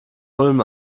ulm